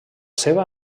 seva